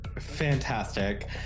Fantastic